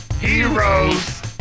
Heroes